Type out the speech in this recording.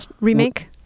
Remake